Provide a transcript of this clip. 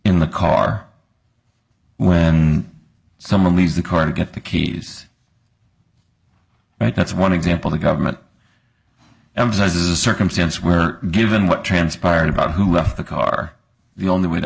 in the car with some of these the car to get the keys and that's one example the government emphasize a circumstance where given what transpired about who left the car the only way to